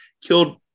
killed